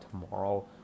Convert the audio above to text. tomorrow